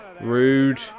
Rude